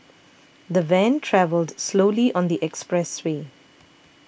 the van travelled slowly on the expressway